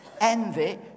envy